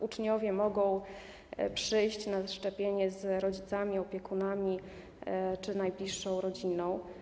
Uczniowie mogą przyjść na szczepienie z rodzicami, opiekunami czy z najbliższą rodziną.